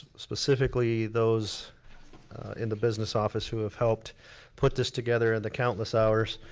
specifically those in the business office who have helped put this together and the countless hours,